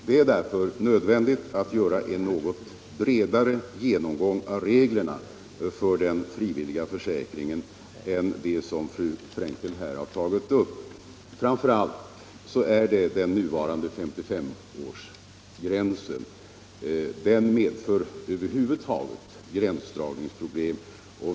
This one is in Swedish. Det är därför nödvändigt att göra en bredare genomgång av reglerna för den frivilliga försäkringen än den fru Frenkel har tagit upp. Framför allt gäller detta den nuvarande SS-årsgränsen. Den medför över huvud taget gränsdragningsproblem.